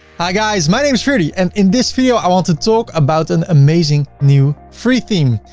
hi, guys. my name is ferdy and in this video i want to talk about an amazing new free theme.